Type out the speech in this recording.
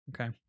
Okay